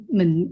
mình